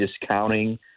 discounting